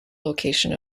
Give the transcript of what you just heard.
location